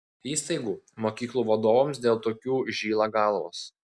įstaigų mokyklų vadovams dėl tokių žyla galvos